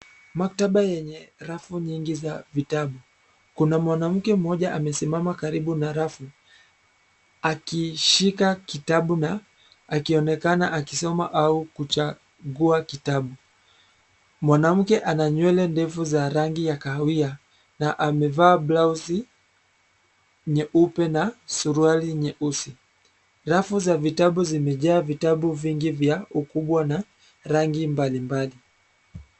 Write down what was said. Maktaba yenye rafu nyingi za vitabu. Kuna mwanamke mmoja amesimama karibu na rafu akishika kitabu na akionekana akisoma au kuchagua kitabu. Mwanamke ana nywele ndefu za rangi ya kahawia na amevaa blauzi nyeupe na suruali nyeusi. Rafu za vitabu zimejaa vitabu vingi vya ukubwa na rangi mablimbali.